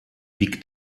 biegt